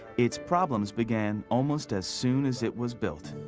its problems began almost as soon as it was built.